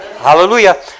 Hallelujah